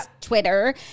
Twitter